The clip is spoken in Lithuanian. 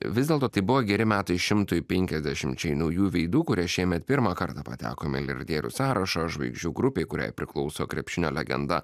vis dėlto tai buvo geri metai šimtui penkiasdešimčiai naujų veidų kurie šiemet pirmą kartą pateko į milijardierių sąrašą žvaigždžių grupei kuriai priklauso krepšinio legenda